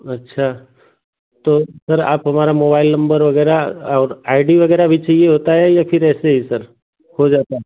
अच्छा तो सर आप हमारा मोवाइल नंबर वग़ैरह और आई डी वग़ैरह भी चाहिए होता है या फिर ऐसे ही सर हो जाता है